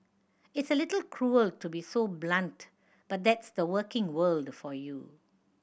it's a little cruel to be so blunt but that's the working world for you